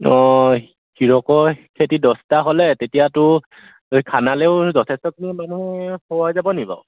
অঁ হিৰকৰহেঁতি দহটা হ'লে তেতিয়াতো খানালৈও যথেষ্টখিনি মানুহে হৈ যাব নেকি বাৰু